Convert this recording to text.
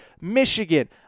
Michigan